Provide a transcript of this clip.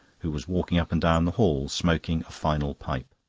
who was walking up and down the hall smoking a final pipe.